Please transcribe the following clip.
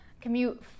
commute